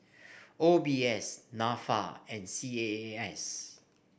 O B S NAFA and C A A S